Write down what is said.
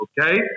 Okay